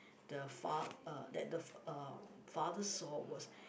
the fa~ uh that the fa~ uh father saw was